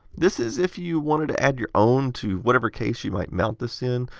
this is if you wanted to add your own to whatever case you might mount this in.